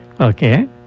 okay